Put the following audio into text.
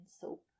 soap